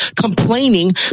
complaining